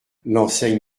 l’enseigne